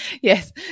Yes